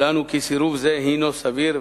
לנו כי סירוב זה הינו סביר,